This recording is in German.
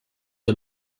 the